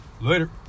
later